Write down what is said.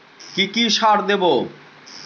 কি কি সার দেবো?